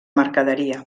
mercaderia